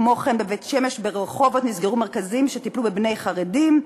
כמו כן בבית-שמש וברחובות נסגרו מרכזים שטיפלו בבני חרדים,